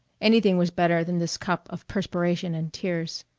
anything was better than this cup of perspiration and tears.